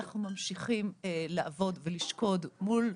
אנחנו ממשיכים לעבוד ולשקוד מול,